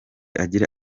agira